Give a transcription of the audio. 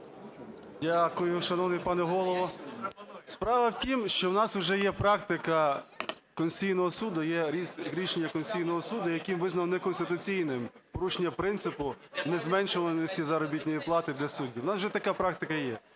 Дякую, шановний пане Голово. Справа в тім, що у нас вже є практика Конституційного Суду, є рішення Конституційного Суду, яким визнано неконституційним порушення принципу незменшуваності заробітної плати для суддів, у нас вже така практика є.